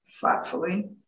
thoughtfully